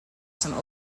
some